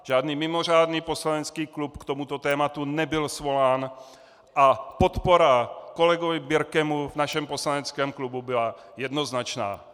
Žádný mimořádný poslanecký klub k tomuto tématu nebyl svolán a podpora kolegovi Birkemu v našem poslaneckém klubu byla jednoznačná.